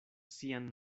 sian